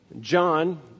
John